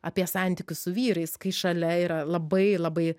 apie santykius su vyrais kai šalia yra labai labai